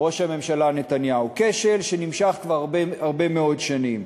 ראש הממשלה נתניהו, כשל שנמשך כבר הרבה מאוד שנים,